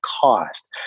cost